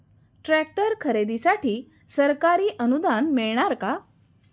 Tractor खरेदीसाठी सरकारी अनुदान मिळणार का?